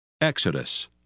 Exodus